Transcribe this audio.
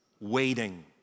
waiting